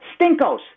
Stinkos